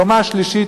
קומה שלישית,